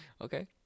Okay